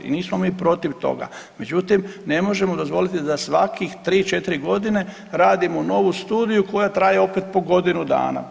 I nismo mi protiv toga, međutim ne možemo dozvoliti da svakih 3-4 godine radimo novu studiju koja traje opet po godinu dana.